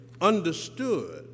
understood